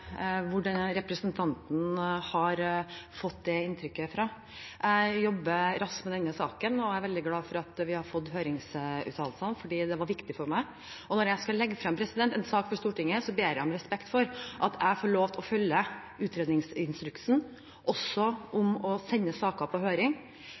representanten har fått det inntrykket fra. Jeg jobber raskt med denne saken, og jeg er veldig glad for at vi har fått høringsuttalelsene, for det var viktig for meg. Og når jeg skal legge frem en sak for Stortinget, ber jeg om respekt for at jeg får lov til å følge utredningsinstruksen – også